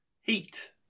Heat